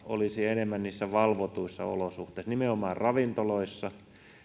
olisi enemmän niissä valvotuissa olosuhteissa nimenomaan ravintoloissa